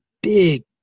big